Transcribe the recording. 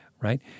right